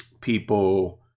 people